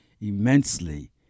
immensely